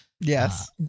Yes